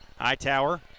Hightower